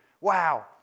Wow